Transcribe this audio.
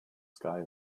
sky